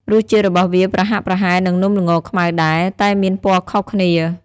រសជាតិរបស់វាប្រហាក់ប្រហែលនឹងនំល្ងខ្មៅដែរ តែមានពណ៌ខុសគ្នា។